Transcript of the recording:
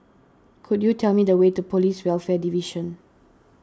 could you tell me the way to Police Welfare Division